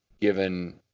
given